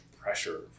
pressure